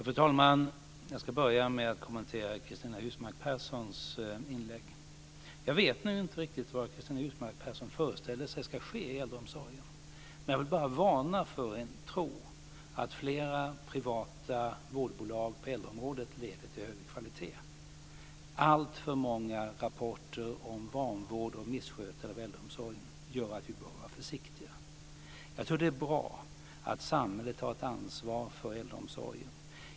Fru talman! Jag ska börja med att kommentera Cristina Husmark Pehrssons inlägg. Jag vet inte riktigt vad Cristina Husmark Pehrsson föreställer sig ska ske i äldreomsorgen. Jag vill bara varna för en tro på att flera privata vårdbolag på äldreområdet leder till högre kvalitet. Alltför många rapporter om vanvård och misskötsel av äldreomsorgen gör att vi bör vara försiktiga. Det är bra att samhället tar ett ansvar för äldreomsorgen.